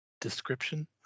Description